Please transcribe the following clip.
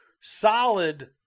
solid